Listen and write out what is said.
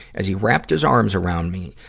as he wrapped his arms around me,